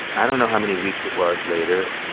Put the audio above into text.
i don't know how many weeks it was later,